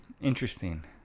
interesting